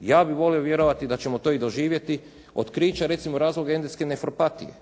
Ja bih volio vjerovati da ćemo to i doživjeti. Otkrića recimo razloge …/Govornik se ne razumije./…